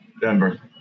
Denver